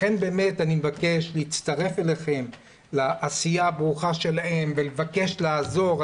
לכן באמת אני מבקש להצטרף אליכן לעשייה הברוכה שלהם ולבקש לעזור,